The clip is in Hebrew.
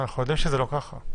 אנחנו יודעים שזה לא ככה.